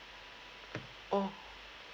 oh